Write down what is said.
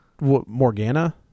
Morgana